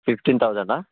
fifteen థౌజండా